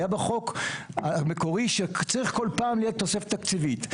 היה בחוק המקורי שצריך כל פעם להיות תוספת תקציבית.